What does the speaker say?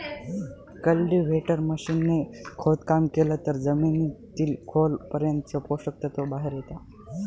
cultivator machine ने खोदकाम केलं तर जमिनीतील खोल पर्यंतचे पोषक तत्व बाहेर येता